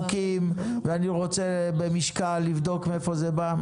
במשקל, ואני רוצה לבדוק מאיפה זה בא?